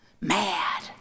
mad